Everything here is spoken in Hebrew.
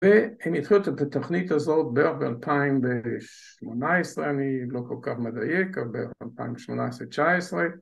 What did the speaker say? ‫והם התחילו את התכנית הזאת בערך ‫ב-2018, אני לא כל כך מדייק, ‫אבל בערך ב2018-19.